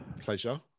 pleasure